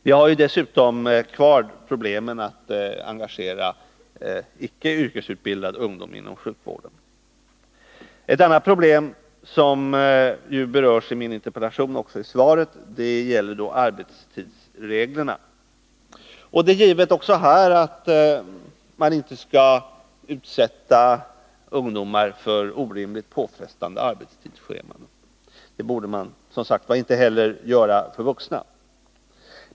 Vi har dessutom kvar problemen att engagera icke yrkesutbildad ungdom inom sjukvården. Ett annat problem som berörs i min interpellation och även i svaret gäller arbetstidsreglerna. Det är också här givet att man inte skall utsätta ungdomar för orimligt påfrestande arbetstidsscheman. Det borde man, som sagt var, inte heller utsätta vuxna för.